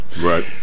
Right